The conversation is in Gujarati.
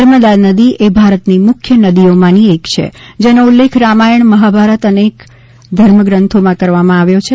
નર્મદા નદી એ ભારતની મુખ્ય નદીઓમાંની એક છે જેનો ઉલ્લેખ રામાયણ મહાભારત વગેરે અનેક ધર્મગ્રંથોમાં કરવામાં આવ્યો છે